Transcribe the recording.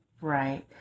Right